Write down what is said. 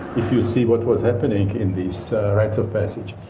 if you see what was happening in these rights of passage,